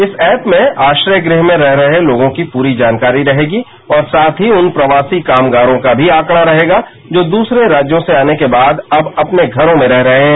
इस ऐप में आश्रय गृह में रह रहे लोगों की पूरी जानकारी रहेगी और साथ ही उन प्रवासी कामगारों का भी आंकड़ा रहेगा जो दूसरे राज्यों से आने के बाद अब अपने घरों में रह रहे हैं